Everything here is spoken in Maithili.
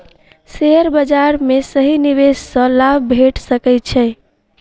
शेयर बाजार में सही निवेश सॅ लाभ भेट सकै छै